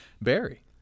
Barry